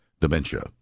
dementia